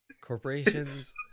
Corporations